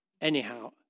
anyhow